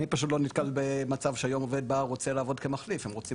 אני פשוט לא נתקל במצב שהיום עובד בא ורוצה לעבוד כמחליף הם רוצים